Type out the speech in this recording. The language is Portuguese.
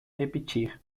repetir